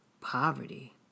poverty